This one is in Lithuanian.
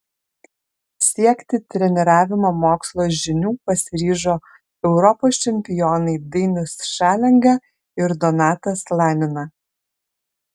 siekti treniravimo mokslo žinių pasiryžo europos čempionai dainius šalenga ir donatas slanina